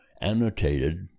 Annotated